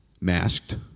masked